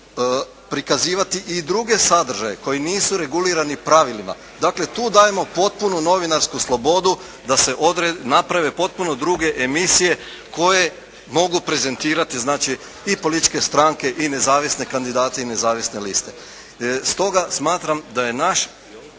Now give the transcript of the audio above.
prikazivati i druge sadržaje koji nisu regulirani pravilima. Dakle tu dajemo potpunu novinarsku slobodu da se naprave potpuno druge emisije koje mogu prezentirati znači i političke stranke i nezavisne kandidate i nezavisne liste.